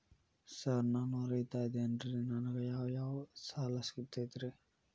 Sir ನಾನು ರೈತ ಅದೆನ್ರಿ ನನಗ ಯಾವ್ ಯಾವ್ ಸಾಲಾ ಸಿಗ್ತೈತ್ರಿ?